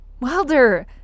Wilder